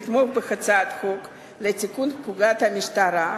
לתמוך בהצעת החוק לתיקון פקודת המשטרה,